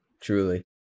truly